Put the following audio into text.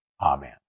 Amen